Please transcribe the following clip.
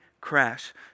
crash